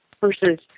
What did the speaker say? versus